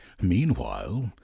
Meanwhile